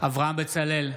אברהם בצלאל,